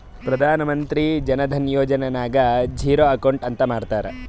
ಪ್ರಧಾನ್ ಮಂತ್ರಿ ಜನ ಧನ ಯೋಜನೆ ನಾಗ್ zero account ಅಂತ ಮಾಡ್ತಾರ